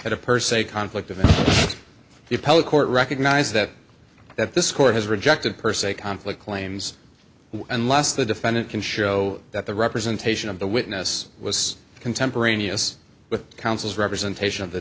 at a per se conflict of the appellate court recognize that that this court has rejected per se conflict claims unless the defendant can show that the representation of the witness was contemporaneous with counsel's representation of the